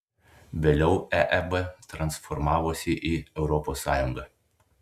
vėliau eeb transformavosi į europos sąjungą